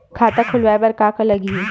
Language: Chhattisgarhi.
खाता खुलवाय बर का का लगही?